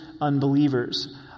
unbelievers